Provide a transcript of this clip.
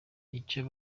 icyo